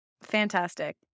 fantastic